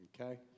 okay